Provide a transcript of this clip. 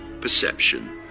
perception